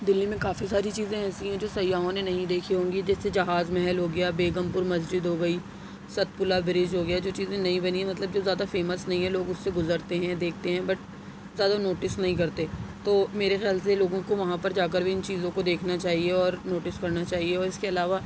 دلی میں کافی ساری چیزیں ایسی ہیں جو سیاحوں نے نہیں دیکھی ہوں گی جیسے جہاز محل ہو گیا بیگم پور مسجد ہو گئی ستپلا برج ہو گیا جو چیزیں نئی بنی ہیں مطلب جو زیادہ فیمس نہیں ہیں لوگ اس سے گزرتے ہیں دیکھتے ہیں بٹ زیادہ نوٹس نہیں کرتے تو میرے خیال سے لوگوں کو وہاں پر جا کر بھی ان چیزوں کو دیکھنا چاہئے اور نوٹس کرنا چاہئے اور اس کے علاوہ